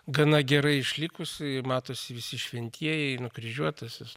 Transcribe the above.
gana gerai išlikusi matosi visi šventieji nukryžiuotasis